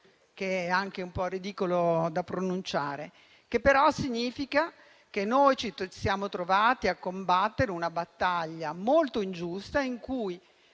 un'espressione un po' ridicola da pronunciare, che però significa che noi ci siamo trovati a combattere una battaglia molto ingiusta, in cui